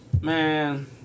man